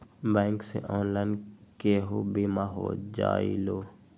Bank से online केहु बिमा हो जाईलु?